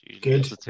Good